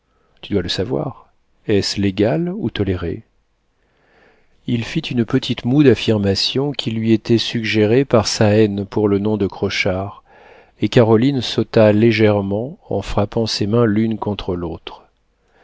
tu dois le savoir est-ce légal ou toléré il fit une petite moue d'affirmation qui lui était suggérée par sa haine pour le nom de crochard et caroline sauta légèrement en frappant ses mains l'une contre l'autre